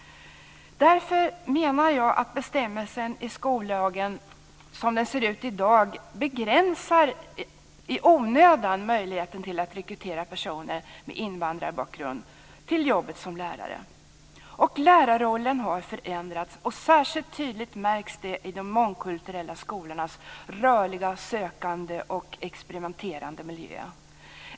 Därför menar jag att bestämmelsen i skollagen som den ser ut i dag i onödan begränsar möjligheten att rekrytera personer med invandrarbakgrund till jobbet som lärare. Lärarrollen har förändrats, och det märks särskilt tydligt i de mångkulturella skolornas rörliga, sökande och experimenterande miljö.